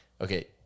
okay